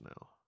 now